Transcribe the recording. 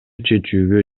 чечүүгө